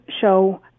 show